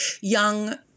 young